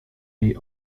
jej